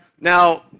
Now